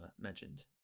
mentioned